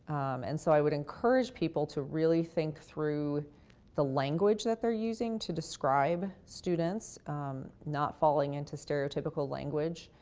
and, so, i would encourage people to really think through the language that they're using to describe students not falling into stereotypical language.